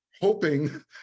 hoping